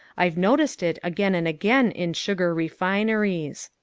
i've noticed it again and again in sugar refineries.